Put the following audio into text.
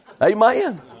Amen